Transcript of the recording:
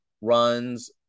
runs